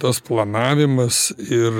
tas planavimas ir